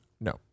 No